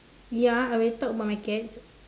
ya I will talk about my cats